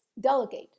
delegate